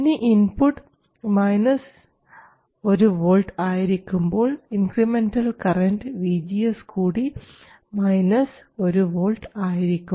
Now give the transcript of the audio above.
ഇനി input 1 V ആയിരിക്കുമ്പോൾ incremental current vGS കൂടി 1 V ആയിരിക്കും